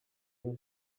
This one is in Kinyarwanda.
inka